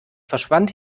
verschwand